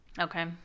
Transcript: Okay